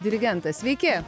dirigentas sveiki